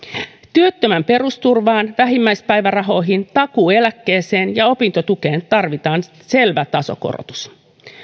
työttömän perusturvaan vähimmäispäivärahoihin takuueläkkeeseen ja opintotukeen tarvitaan selvä tasokorotus